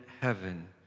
heaven